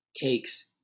takes